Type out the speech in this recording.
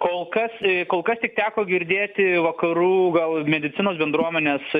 kol kas kol kas tik teko girdėti vakarų gal medicinos bendruomenės